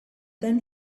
then